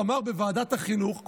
אמר בוועדת החינוך,